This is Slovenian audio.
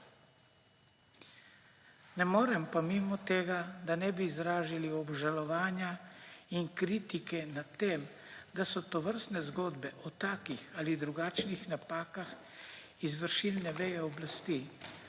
Ne morem pa mimo tega, da ne bi izrazili obžalovanja in kritike nad tem, da so tovrstne zgodbe o takih ali drugačnih napakah izvršilne veje oblasti,